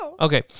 Okay